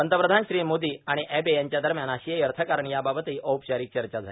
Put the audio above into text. पंतप्रधान श्री मोदी आणि अॅबे यांच्या दरम्यान आशियाई अर्थकारण याबाबतही अपैचारिक चर्चा झाली